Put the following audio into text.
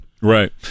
Right